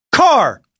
Car